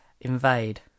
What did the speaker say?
invade